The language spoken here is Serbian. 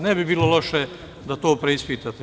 Ne bi bilo loše da to preispitate.